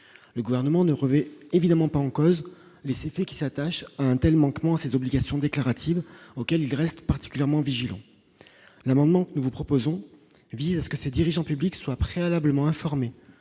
le gouvernement ne revêt évidemment pas en cause les effets qui s'attache à untel, manquement à ses obligations déclaratives, auquel il reste particulièrement vigilants l'amendement, nous vous proposons vise à ce que ses dirigeants publics soit préalablement informé